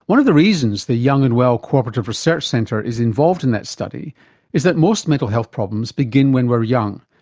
one of the reasons the young and well cooperative research centre is involved in that survey is that most mental health problems begin when we're young,